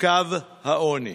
קו העוני.